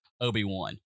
Obi-Wan